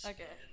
okay